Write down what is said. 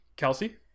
Kelsey